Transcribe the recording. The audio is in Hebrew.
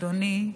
אדוני,